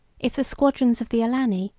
if the squadrons of the alani,